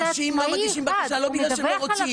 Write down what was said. אנשים לא מגישים בקשה לא בגלל שהם לא רוצים.